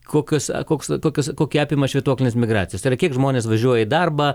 kokios koks kokios kokia apima švytuoklės migracijos tai yra kiek žmonės važiuoja į darbą